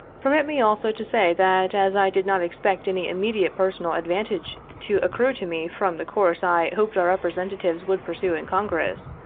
permit me also to say that as i did not expect any immediate personal advantage to accrue to me from the course i hoped our representatives would pursue in congress,